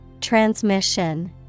Transmission